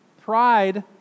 Pride